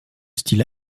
style